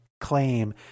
claim